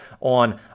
on